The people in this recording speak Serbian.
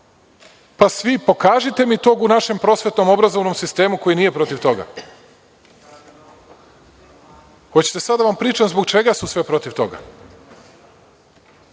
Marko. Pokažite mi tog u našem prosvetnom, obrazovnom sistemu koji nije protiv toga. Hoćete li sad da vam pričam zbog čega su sve protiv toga?